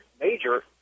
major